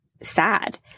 sad